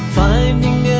finding